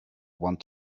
want